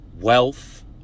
wealth